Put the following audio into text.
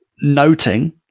noting